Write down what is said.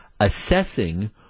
assessing